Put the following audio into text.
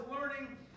learning